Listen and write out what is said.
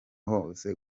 hose